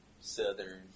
southern